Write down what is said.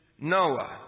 Noah